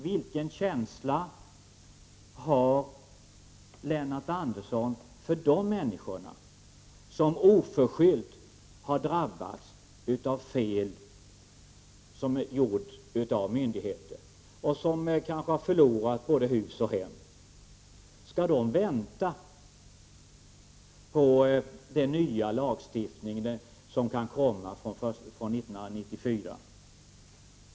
Vilken känsla har Lennart Andersson för de människor som oförskyllt drabbas av de fel som gjorts av myndigheter, människor som kanske förlorar både hus och hem under de här fyra åren? Skall de vänta på den nya lagstiftningen som kan komma år 1994?